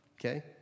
okay